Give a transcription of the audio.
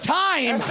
time